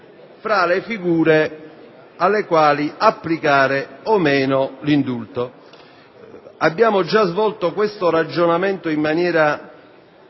fra le figure alle quali applicare o meno l'indulto. Abbiamo già svolto questo ragionamento in maniera